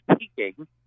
speaking